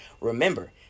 remember